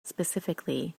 specifically